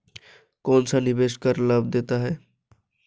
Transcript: कौनसा निवेश कर लाभ देता है?